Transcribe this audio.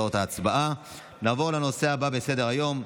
נעבור לנושא הבא על סדר-היום,